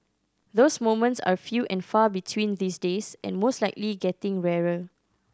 those moments are few and far between these days and most likely getting rarer